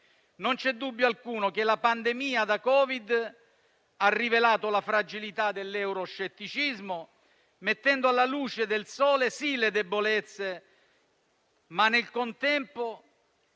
Non c'è dubbio alcuno che la pandemia da Covid-19 abbia rivelato la fragilità dell'euroscetticismo, portando alla luce del sole, sì le debolezze, ma, nel contempo,